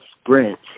sprint